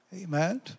Amen